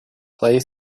play